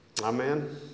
Amen